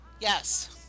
Yes